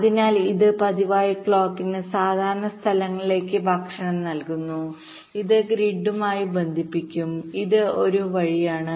അതിനാൽ ഇത് പതിവായി ക്ലോക്കിന് സാധാരണ സ്ഥലങ്ങളിലേക്ക് ഭക്ഷണം നൽകുന്നു ഇത് ഗ്രിഡുമായി ബന്ധിപ്പിക്കും ഇത് ഒരു വഴിയാണ്